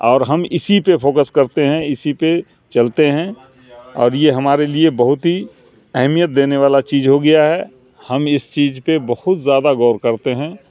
اور ہم اسی پہ فوکس کرتے ہیں اسی پہ چلتے ہیں اور یہ ہمارے لیے بہت ہی اہمیت دینے والا چیز ہو گیا ہے ہم اس چیز پہ بہت زیادہ غور کرتے ہیں